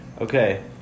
Okay